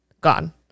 gone